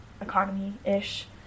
economy-ish